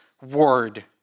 word